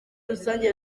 rusange